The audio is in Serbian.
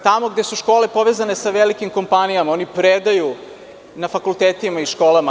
Tamo gde su škole povezane sa velikim kompanijama, oni predaju na fakultetima i školama.